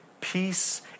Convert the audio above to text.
peace